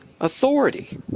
authority